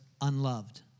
unloved